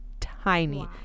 tiny